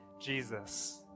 Jesus